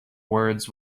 words